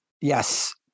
Yes